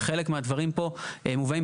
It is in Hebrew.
וחלק מהדברים פה מובאים.